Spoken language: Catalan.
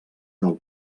del